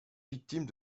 victimes